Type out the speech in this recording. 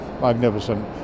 magnificent